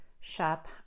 shop